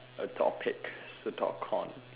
a topic to talk on